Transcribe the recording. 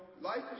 life